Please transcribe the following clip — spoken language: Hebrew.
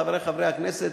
חברי חברי הכנסת,